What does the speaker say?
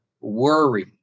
worry